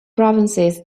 provinces